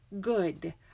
good